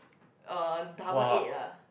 uh double eight ah